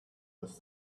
was